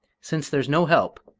since there's no help,